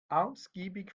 ausgiebig